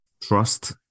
Trust